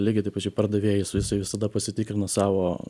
lygiai tai pačiai pardavėjas jisai visada pasitikrina savo